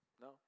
No